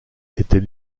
était